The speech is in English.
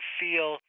feel